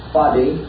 body